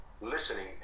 listening